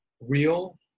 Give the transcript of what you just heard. real